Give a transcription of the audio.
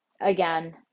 Again